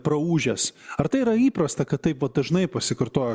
praūžęs ar tai yra įprasta kad taip vat dažnai pasikartoja